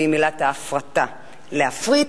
להפריט,